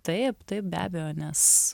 taip taip be abejo nes